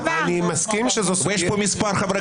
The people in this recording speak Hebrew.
אני מסכים שזו סוגיה --- יש פה מספר חברי